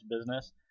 business